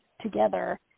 together